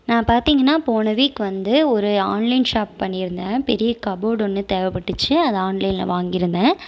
நான் பார்த்திங்கனா போன வீக் வந்து ஒரு ஆன்லைன் ஷாப் பண்ணிருந்தேன் பெரிய கபோட் ஒன்று தேவைப்பட்டுச்சு அதை ஆன்லைனில் வாங்கியிருந்தேன்